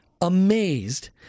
amazed